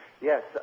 Yes